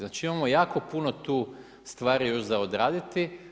Znači imamo jako puno tu stvari za odraditi.